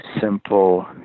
simple